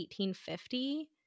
1850